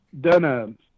done